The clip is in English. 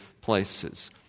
places